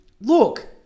look